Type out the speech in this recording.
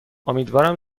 امیدوارم